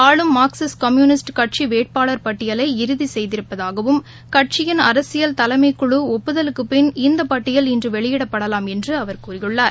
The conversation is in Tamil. ஆளும் மார்க்சிஸ்ட் கம்யுன்ஸ்ட் கட்சி வேட்பாளர் பட்டியலை இறுதி செய்திருப்பதாகவும் கட்சியின் அரசியல் தலைமைக்குழு ஒப்புதலுக்குப் பின் இந்த பட்டியல் இன்று வெளியிடப்படலாம் என்று அவர் கூறியுள்ளார்